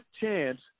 chance